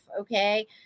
okay